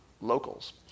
Locals